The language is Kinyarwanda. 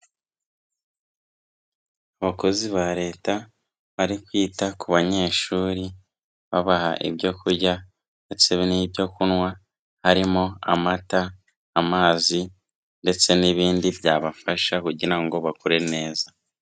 Abakozi ba leta bari kwita ku banyeshuri babaha ibyo kurya ndetse n'ibyo kunywa, harimo; amata, amazi, ndetse n'ibindi byabafasha kugira ngo bakure neza.